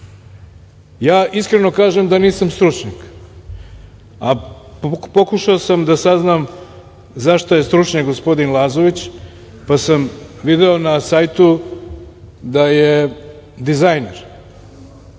Ja iskreno kažem da nisam stručnjak, a pokušao sam da saznam zašta je stručnjak gospodin Lazović, pa sam video na sajtu da je dizajner.